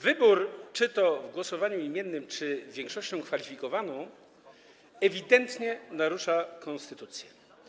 Wybór czy to w głosowaniu imiennym, czy większością kwalifikowaną ewidentnie narusza konstytucję.